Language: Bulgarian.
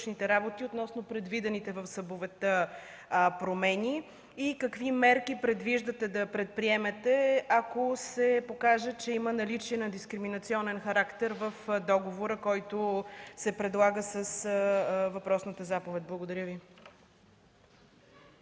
И какви мерки предвиждате да предприемете, ако се покаже, че има наличие на дискриминационен характер в договора, който се предлага с въпросната заповед? Благодаря Ви.